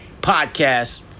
podcast